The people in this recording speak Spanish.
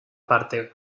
parte